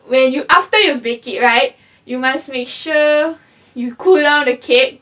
when you after you bake it right you must make sure you cool down the cake